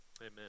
Amen